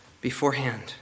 beforehand